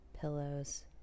pillows